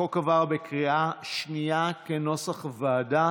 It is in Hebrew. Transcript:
החוק עבר בנוסח הוועדה